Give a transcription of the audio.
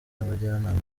n’abajyanama